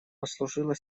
послужила